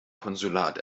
konsulat